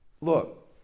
Look